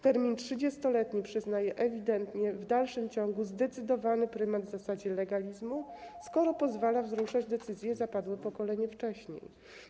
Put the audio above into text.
Termin 30-letni przyznaje ewidentnie w dalszym ciągu zdecydowany prymat zasadzie legalizmu, skoro pozwala wzruszać decyzje zapadłe pokolenie wcześniej.